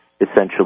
essentially